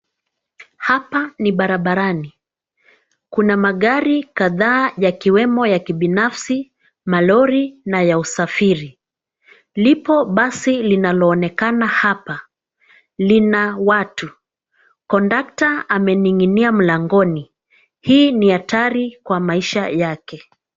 Hapa ni barabarani. Kuna magari kadhaa yakiwemo ya kibinafsi, malori na ya usafiri. Lipo basi linaloonekana hapa. Lina watu. Kondakta amening'inia mlangoni. Hii ni hatari kwa maisha yake.